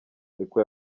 niko